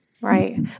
right